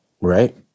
Right